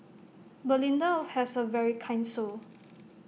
belinda has A very kind soul